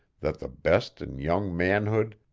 that the best in young manhood,